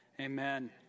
Amen